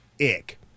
Ick